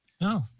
No